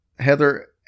Heather